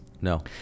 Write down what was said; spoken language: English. No